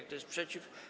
Kto jest przeciw?